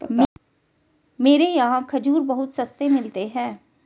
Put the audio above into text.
मेरे यहाँ खजूर बहुत सस्ते मिलते हैं